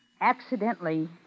accidentally